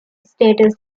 states